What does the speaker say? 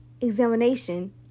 examination